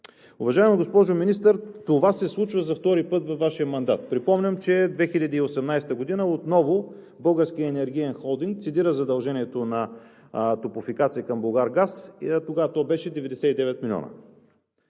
Уважаема госпожо Министър, това се случва за втори път във Вашия мандат. Припомням, че през 2018 г. отново Българският енергиен холдинг цедира задължението на „Топлофикация“ към „Булгаргаз“, а тогава то беше 99 милиона.